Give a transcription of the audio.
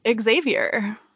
Xavier